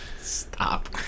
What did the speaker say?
Stop